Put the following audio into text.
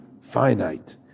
finite